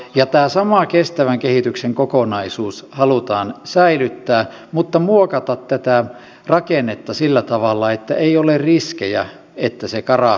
tämä sama kestävän kehityksen kokonaisuus halutaan säilyttää mutta muokata tätä rakennetta sillä tavalla että ei ole riskejä että se karahtaa lainsäädännön muutoksiin